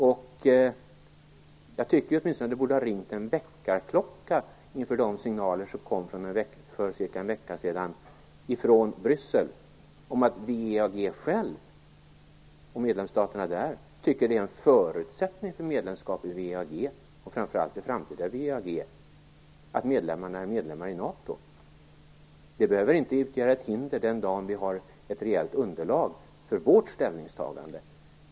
Jag tycker att det åtminstone borde ha ringt en väckarklocka inför de signaler som kom för cirka en vecka sedan från Bryssel om att WEAG självt och dess medlemsstater tycker att en förutsättning för medlemskap i WEAG, framför allt det framtida WEAG, är medlemskap i NATO. Det behöver inte utgöra ett hinder den dag vi har ett rejält underlag för vårt ställningstagande.